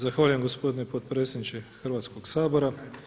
Zahvaljujem gospodine potpredsjedniče Hrvatskog sabora.